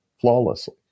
flawlessly